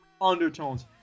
undertones